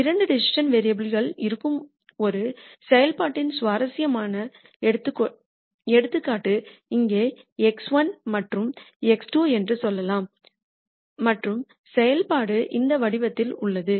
இரண்டு decision variable கள் இருக்கும் ஒரு செயல்பாட்டின் சுவாரஸ்யமான எடுத்துக்காட்டு இங்கே x1 மற்றும் x2 என்று சொல்லலாம் மற்றும் செயல்பாடு இந்த வடிவத்தில் உள்ளது